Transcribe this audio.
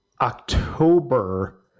October